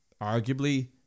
arguably